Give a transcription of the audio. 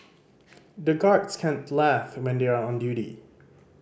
the guards can't laugh when they are on duty